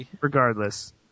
regardless